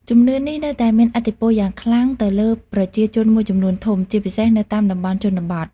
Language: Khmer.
ជំនឿនេះនៅតែមានឥទ្ធិពលយ៉ាងខ្លាំងទៅលើប្រជាជនមួយចំនួនធំ ជាពិសេសនៅតាមតំបន់ជនបទ។